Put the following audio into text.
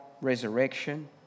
resurrection